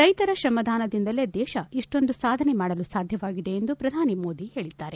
ರೈತರ ತ್ರಮದಾನದಿಂದಲೇ ದೇಶ ಇಷ್ಟೊಂದು ಸಾಧನೆ ಮಾಡಲು ಸಾಧ್ಯವಾಗಿದೆ ಎಂದು ಪ್ರಧಾನಿ ಮೋದಿ ಹೇಳಿದ್ದಾರೆ